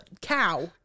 cow